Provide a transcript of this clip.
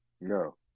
No